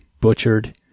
butchered